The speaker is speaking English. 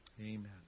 Amen